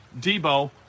Debo